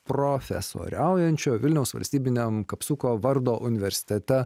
profesoriaujančio vilniaus valstybiniam kapsuko vardo universitete